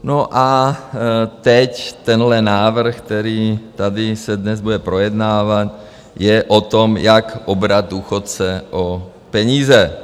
No, a teď tenhle návrh, který tady se dnes bude projednávat, je o tom, jak obrat důchodce o peníze.